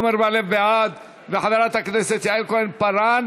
עמר בר-לב וחברת הכנסת יעל כהן-פארן